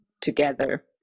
together